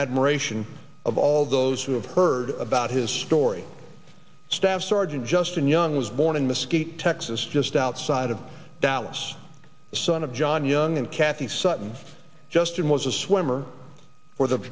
admiration of all those who have heard about his story staff sergeant justin young was born in mosquito x s just outside of dallas the son of john young and kathy sutton's justin was a swimmer for the